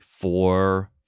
four